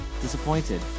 disappointed